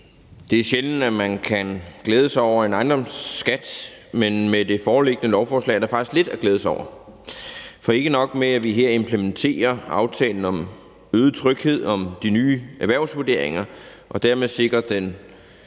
Det er sjældent, at man kan glæde sig over en ejendomsskat, men med det foreliggende lovforslag er der faktisk lidt at glæde sig over. For ikke nok med, at vi her implementerer »Aftale om øget tryghed om de nye erhvervsvurderinger« og dermed sikrer den